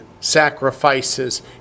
sacrifices